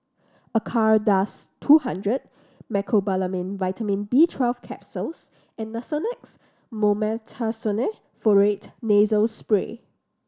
Acardust two hundred Mecobalamin Vitamin B Twelve Capsules and Nasonex Mometasone Furoate Nasal Spray